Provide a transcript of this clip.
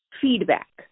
feedback